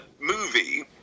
movie